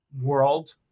world